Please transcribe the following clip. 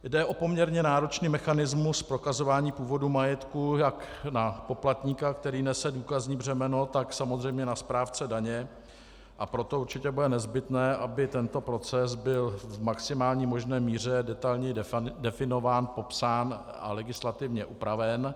Jde o poměrně náročný mechanismus prokazování původu majetku jak na poplatníka, který nese důkazní břemeno, tak na správce daně, a proto určitě bude nezbytné, aby tento proces byl v maximální možné míře detailně definován, popsán a legislativně upraven.